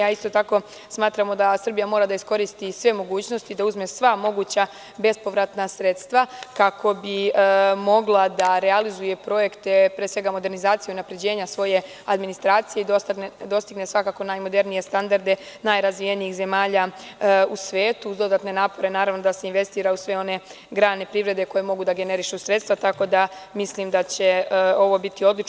Isto tako smatramo da Srbija mora da iskoristi sve mogućnosti, da uzme sva moguća bespovratna sredstva kako bi mogla da realizuje projekt,e pre svega modernizacije i unapređenja svoje administracije i dostigne svakako najmodernije standarde najrazvijenijih zemalja u svetu, uz dodatne napore da se investira u sve one grane privrede koje mogu da generišu sredstva, tako da mislim da će ovo biti odlično.